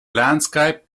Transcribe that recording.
landscape